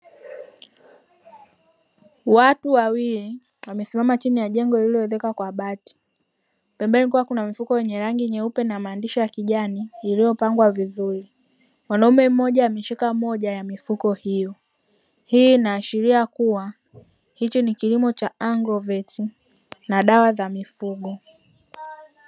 Watu wawili wamesimama chini ya jengo lililoezekwa kwa bati, pembeni kukiwa na mifuko meupe yenye maandishi ya kijani iliyopangwa vizuri. Mwanaume mmoja ameshika moja ya mifuko hiyo. Hii inaashiria kuwa hichi ni kilimo cha ''Agroveti'' na dawa za mifugo.